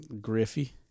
Griffey